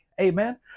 Amen